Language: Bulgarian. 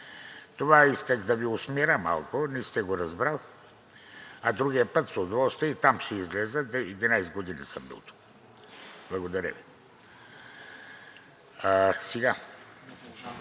Това исках – да Ви усмиря малко, не сте го разбрали, а другия път с удоволствие и там ще изляза, 11 години съм бил тук. Благодаря Ви.